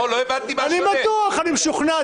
אני בטוח, אני משוכנע.